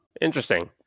Interesting